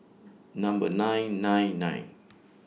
Number nine nine nine